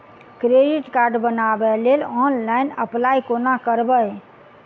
Credit card बनाबै लेल online apply कोना करबै?